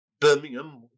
Birmingham